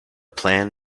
plan